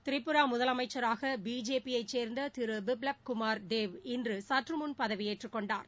திரிபுரா முதலமைச்சராக பிஜேபி யைச் சேர்ந்த திரு பிப்லப் குமார் டேவ் சற்று முன் பதவியேற்றுக் கொண்டார்